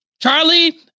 Charlie